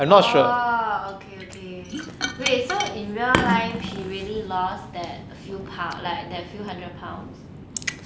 orh okay okay wait so in real life she really lost that a few pounds like the few hundred pounds